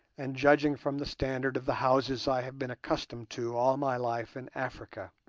and judging from the standard of the houses i have been accustomed to all my life in africa